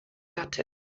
gattin